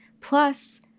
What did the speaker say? Plus